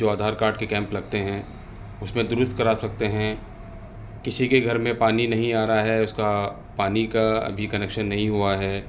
جو آدھار کارڈ کے کیمپ لگتے ہیں اس میں درست کرا سکتے ہیں کسی کے گھر میں پانی نہیں آ رہا ہے اس کا پانی کا ابھی کنکشن نہیں ہوا ہے